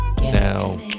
Now